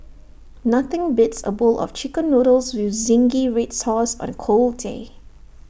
nothing beats A bowl of Chicken Noodles with Zingy Red Sauce on A cold day